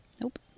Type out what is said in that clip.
nope